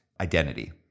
identity